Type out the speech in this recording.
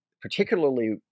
particularly